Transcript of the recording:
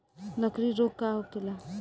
लगड़ी रोग का होखेला?